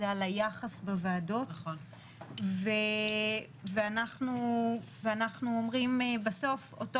זה על היחס בוועדות ואנחנו אומרים בסוף אותו